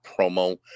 promo